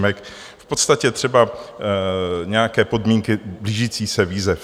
V podstatě třeba nějaké podmínky blížících se výzev.